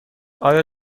آیا